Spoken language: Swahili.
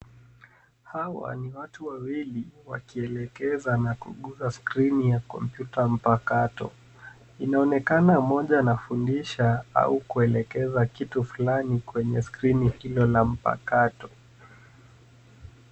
Hawa ni watu wawili wakielekeza na kuguza skrini ya kompyuta mpakato. Inaonekana mmoja anafundisha au kuelekeza kitu fulani kwenye skrini hilo la mpakato.